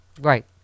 Right